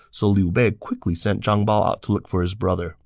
so liu bei quickly sent zhang bao out to look for his brother